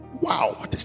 Wow